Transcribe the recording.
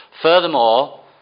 Furthermore